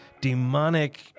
demonic